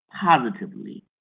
positively